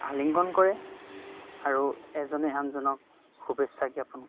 আলিংগন কৰে আৰু এজনে আনজনক শুভেচ্ছা জ্ঞাপন কৰে